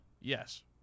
Yes